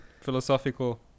philosophical